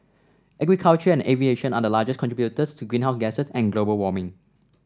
agriculture and aviation are the largest contributors to greenhouse gases and global warming